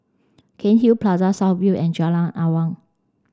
Cairnhill Plaza South View and Jalan Awang